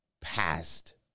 past